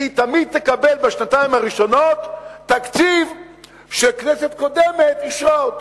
כי היא תמיד תקבל בשנתיים הראשונות תקציב שכנסת קודמת אישרה.